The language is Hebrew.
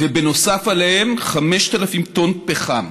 ובנוסף עליהם 5,000 טון פחם.